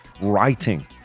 writing